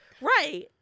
Right